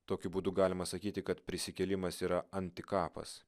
tokiu būdu galima sakyti kad prisikėlimas yra antikapas